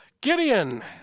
Gideon